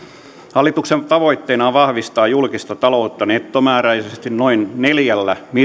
hallituksen tavoitteena on vahvistaa julkista taloutta nettomääräisesti noin neljällä